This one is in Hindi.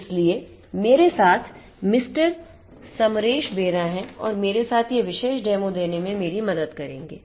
इसलिए मेरे साथ Mr SamareshBeraहैं और मेरे साथ यह विशेष डेमो देने में मेरी मदद करेंगे